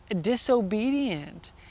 disobedient